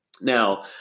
Now